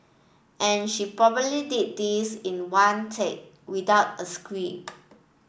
and she probably did this in one take without a script